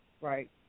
right